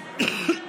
אותך.